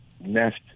nest